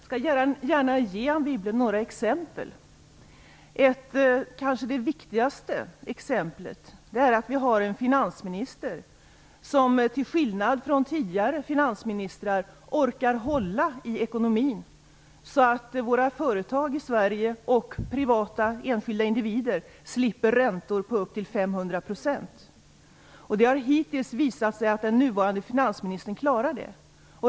Fru talman! Jag skall gärna ge Anne Wibble några exempel. Det kanske viktigaste exemplet är att vi har en finansminister som till skillnad från tidigare finansministrar orkar hålla i ekonomin så att våra företag i Sverige och privata enskilda individer slipper räntor på upp till 500 %. Det har hittills visat sig att den nuvarande finansministern klarar det.